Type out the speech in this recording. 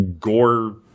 gore